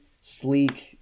sleek